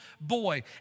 boy